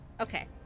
Okay